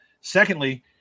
Secondly